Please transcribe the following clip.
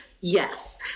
yes